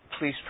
Please